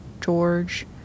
George